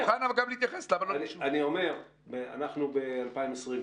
אנחנו ב-2020,